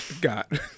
got